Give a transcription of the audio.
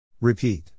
Repeat